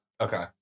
Okay